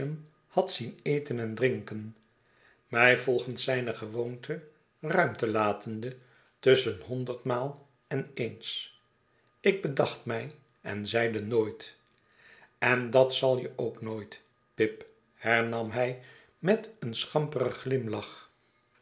had zien eten en drinken mij volgens zyne gewoonte ruimte iatende tusschen honderdmaal en eens ik bedacht mij en zeide nooit en dat zal je ook nooit pip hernam hij met een schamperen glimlach